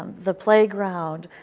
um the playground,